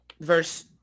verse